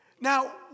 Now